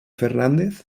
fernández